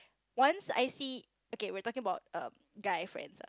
once I see okay we are talking about um guy friends uh